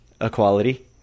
equality